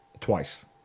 twice